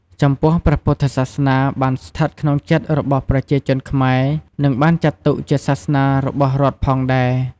ចំពោះព្រះពុទ្ធសាសនាបានស្ថិតក្នុងចិត្តរបស់ប្រជាជនខ្មែរនិងបានចាត់ទុកជាសាសនារបស់រដ្ឋផងដែរ។